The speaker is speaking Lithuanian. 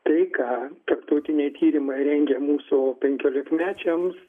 tai ką tarptautiniai tyrimai rengia mūsų penkiolikmečiams